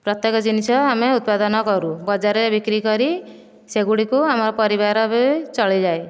ପ୍ରତ୍ୟେକ ଜିନିଷ ଆମେ ଉତ୍ପାଦନ କରୁ ବଜାରର ରେ ବିକ୍ରି କରି ସେଗୁଡ଼ିକୁ ଆମ ପରିବାର ବି ଚଳିଯାଏ